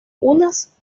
unas